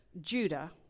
Judah